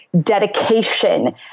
dedication